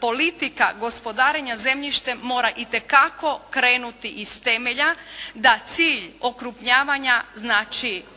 politika gospodarenja zemljištem mora i te kako krenuti iz temelja, da cilj okrupnjavanja